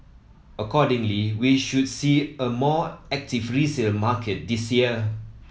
accordingly we should see a more active resale market this year